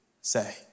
say